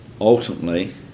ultimately